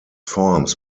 forms